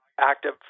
active